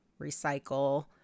recycle